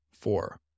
Four